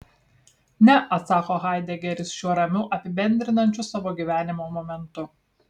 ne atsako haidegeris šiuo ramiu apibendrinančiu savo gyvenimo momentu